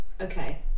Okay